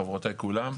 חברותיי כולם,